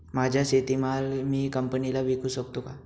माझा शेतीमाल मी कंपनीला विकू शकतो का?